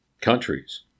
countries